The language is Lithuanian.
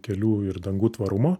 kelių ir dangų tvarumo